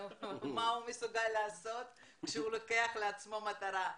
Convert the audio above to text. מה הוא מסוגל לעשות כשהוא מציב לעצמו מטרה.